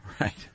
Right